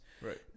Right